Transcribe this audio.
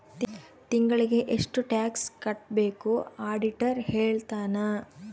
ತಿಂಗಳಿಗೆ ಎಷ್ಟ್ ಟ್ಯಾಕ್ಸ್ ಕಟ್ಬೇಕು ಆಡಿಟರ್ ಹೇಳ್ತನ